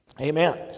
amen